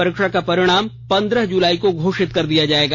परीक्षा का परिणाम पंद्रह जुलाई को घोषित किया जाएगा